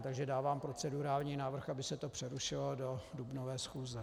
Takže dávám procedurální návrh, aby se to přerušilo do dubnové schůze.